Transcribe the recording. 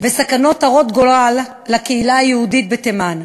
וסכנות הרות גורל לקהילה היהודית בתימן.